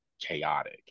chaotic